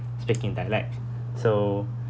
speaking dialect so